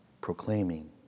proclaiming